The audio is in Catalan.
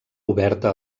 oberta